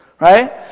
Right